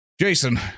Jason